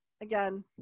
again